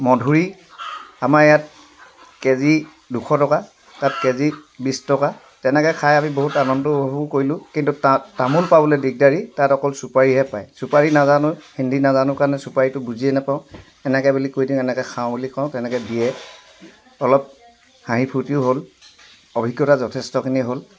মধুৰি আমাৰ ইয়াত কেজি দুশ টকা তাত কেজি বিশ টকা তেনেকৈ খাই আমি বহুত আনন্দও কৰিলো কিন্তু তা তামোল পাবলৈ দিগদাৰী তাত অকল চুপাৰীহে পায় চুপাৰী নাজানো হিন্দী নাজানো কাৰণে চুপাৰীটো বুজিয়ে নাপাওঁ এনেকৈ বুলি কৈ দিওঁ এনেকৈ খাওঁ বুলি কৈ দিওঁ তেনেকৈ দিয়ে অলপ হাঁহি ফূৰ্তিও হ'ল অভিজ্ঞতা যথেষ্টখিনি হ'ল